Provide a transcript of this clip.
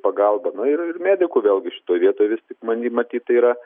pagalba nu ir ir medikų vėlgi šitoj vietoj vis tik many matyt tai yra